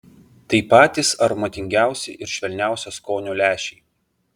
tai patys aromatingiausi ir švelniausio skonio lęšiai